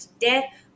death